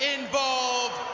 involved